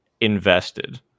invested